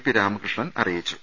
P Ramakrishnan അറിയിച്ചു